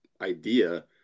idea